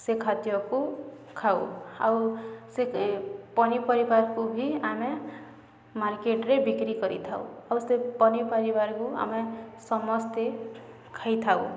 ସେ ଖାଦ୍ୟକୁ ଖାଉ ଆଉ ସେ ପନିପରିବାକୁ ବି ଆମେ ମାର୍କେଟ୍ରେ ବିକ୍ରି କରିଥାଉ ଆଉ ସେ ପନିପରିବାକୁ ଆମେ ସମସ୍ତେ ଖାଇଥାଉ